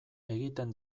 egiten